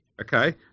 Okay